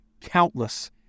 countless